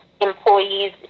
employees